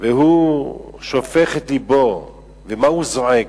והוא שופך את לבו, ומה הוא זועק?